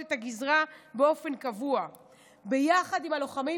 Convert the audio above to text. את הגזרה באופן קבוע ביחד עם הלוחמים,